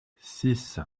six